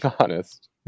honest